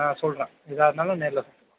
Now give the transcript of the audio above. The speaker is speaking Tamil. ஆ சொல்கிறேன் எதாக இருந்தாலும் நேரில் சொல்கிறேன்